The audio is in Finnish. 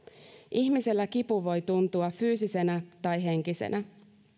ihmisellä kipu voi tuntua fyysisenä tai henkisenä